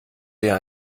eher